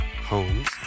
homes